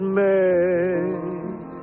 made